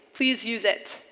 please use it.